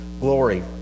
glory